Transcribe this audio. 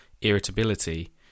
irritability